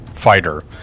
fighter